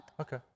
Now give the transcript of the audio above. Okay